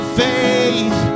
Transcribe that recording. faith